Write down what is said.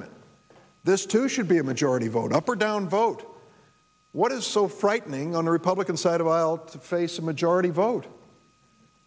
t this too should be a majority vote up or down vote what is so frightening on the republican side of the face a majority vote